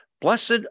Blessed